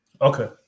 Okay